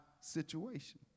situation